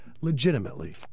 legitimately